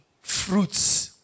fruits